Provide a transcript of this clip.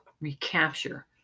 recapture